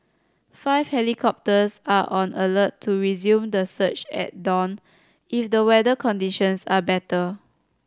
five helicopters are on alert to resume the search at dawn if the weather conditions are better